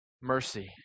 mercy